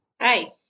Hi